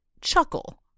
chuckle